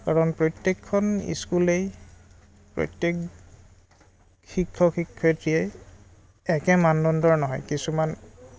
কাৰণ প্ৰত্যেকখন স্কুলই প্ৰত্যেক শিক্ষক শিক্ষয়িত্ৰীয়ে একে মানদণ্ডৰ নহয় কিছুমান